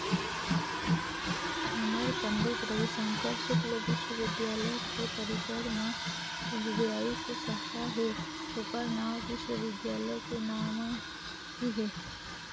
हमर पंडित रविशंकर शुक्ल बिस्वबिद्यालय के परिसर म एस.बी.आई के साखा हे ओखर नांव विश्वविद्यालय के नांव म ही है